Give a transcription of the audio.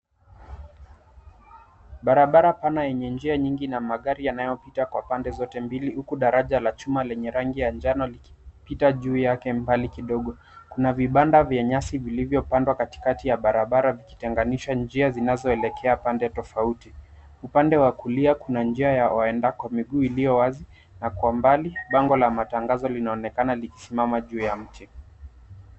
Barabara pana yenye njia nyingi na magari yanayopita kwa pande zote mbili huku daraja la chuma lenye rangi ya njano likipita juu yake mbali kidogo. Kuna vibanda vya nyasi vilivyopandwa katikati ya barabara vikitenganishwa njia zinazoelekea pande tofauti. Upande wa kulia kuna njia ya waendako miguu iliyo wazi, na kwa mbali, bango la matangazo linaonekana likisimama juu ya mti.